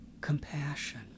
compassion